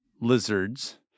lizards